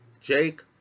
Jake